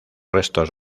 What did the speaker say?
restos